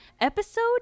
episode